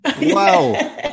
Wow